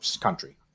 country